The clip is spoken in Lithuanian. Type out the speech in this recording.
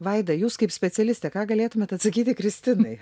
vaida jūs kaip specialistė ką galėtumėt atsakyti kristinai